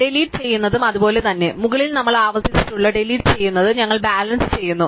delete ചെയ്യുന്നതും അതുപോലെ തന്നെ മുകളിൽ നമ്മൾ ആവർത്തിച്ചുള്ള ഡിലീറ്റ് ചെയ്യുന്നത് ഞങ്ങൾ ബാലൻസ് ചെയ്യുന്നു